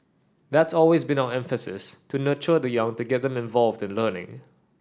that's always been our emphasis to nurture the young to get them involved in learning